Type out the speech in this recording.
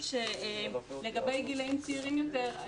לגבי גילאים צעירים יותר,